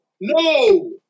No